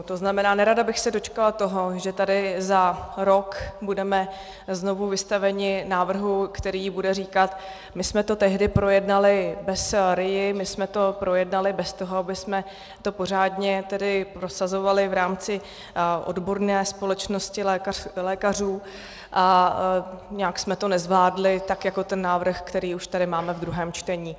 To znamená, nerada bych se dočkala toho, že tady za rok budeme znovu vystaveni návrhu, který bude říkat: my jsme to tehdy projednali bez RIA, my jsme to projednali bez toho, abychom to pořádně prosazovali v rámci odborné společnosti lékařů, a nějak jsme to nezvládli, tak jako ten návrh, který už tady máme v druhém čtení.